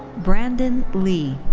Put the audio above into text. brandon lee.